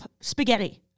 spaghetti